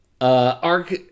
Arc